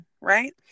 right